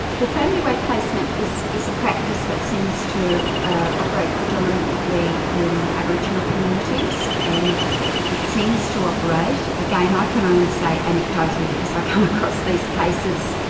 well, family way placement is is a practice that seems to ah operate predominately in aboriginal communities, and it seems to operate. again, ah i can only say anecdotally, because i come across these cases,